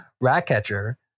Ratcatcher